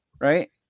Right